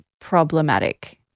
problematic